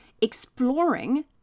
exploring